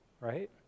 right